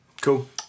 Cool